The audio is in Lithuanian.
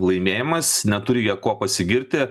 laimėjimas neturi jie kuo pasigirti